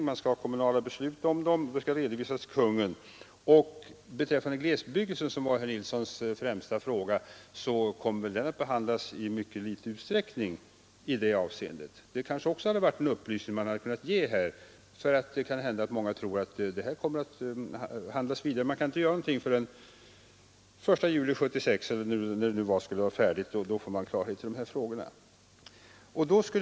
Det skall fattas kommunala beslut som redovisas till Kungl. Maj:t. Glesbebyggelsen — som herr Nilsson i Tvärålund främst uppehållit sig vid — kommer att beröras i mycket liten utsträckning i detta hänseende. Den upplysningen borde kanske också ha lämnats i svaret, eftersom många förmodligen tror att dessa frågor kommer att behandlas vidare. Man kan emellertid inte göra någonting förrän den 1 juli 1976, då det hela väl skall vara färdigt och man kan få klarhet i frågorna.